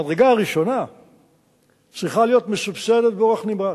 המדרגה הראשונה צריכה להיות מסובסדת באורח נמרץ.